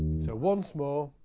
so once more.